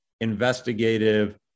investigative